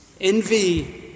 Envy